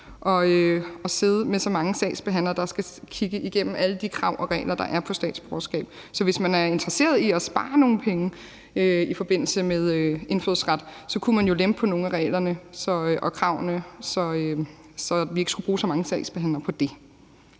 tidstungt med så mange sagsbehandlere, der skal sidde og kigge alle de krav og regler, der er for at få statsborgerskab, igennem. Så hvis man er interesseret i at spare nogle penge i forbindelse med indfødsret, kunne man jo lempe på nogle af reglerne og kravene, så vi ikke skulle bruge så mange sagsbehandlere på det.